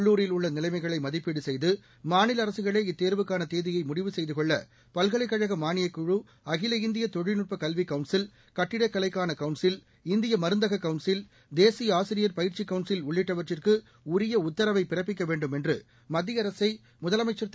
உள்ளூரில் உள்ளநிலைமைகளைமதிப்பீடுசெய்து மாநிலஅரசுகளே இத்தேர்வுக்கானதேதியைமுடிவு செய்துகொள்ளபல்கலைக் கழகமானியக்குழுஅகில இந்தியதொழில்நுட்பக் கல்விகவுன்சில் கட்டிடக் கலைக்கானகவுன்சில் இந்தியமருந்தககவுன்சில் தேசியஆசிரியர் பயிற்சிக் கவுன்சில் உள்ளிட்டவற்றுக்குஉரியஉத்தரவைபிறப்பிக்கவேண்டும் திரு